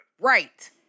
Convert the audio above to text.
right